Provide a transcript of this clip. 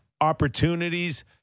opportunities